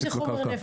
אז אם זה חומר נפץ,